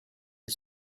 est